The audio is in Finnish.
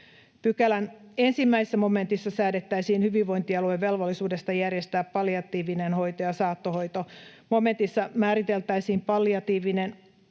Pykälän 1 momentissa säädettäisiin hyvinvointialueen velvollisuudesta järjestää palliatiivinen hoito ja saattohoito. Momentissa määriteltäisiin palliatiivinen eli